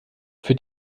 für